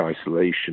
isolation